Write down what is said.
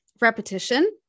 repetition